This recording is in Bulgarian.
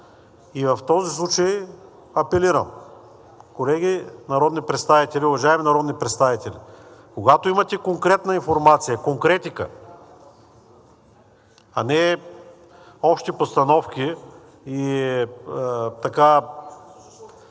В този случай апелирам: колеги народни представители, уважаеми народни представители, когато имате конкретна информация, конкретика, а не общи постановки,